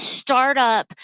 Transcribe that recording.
startup